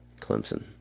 Clemson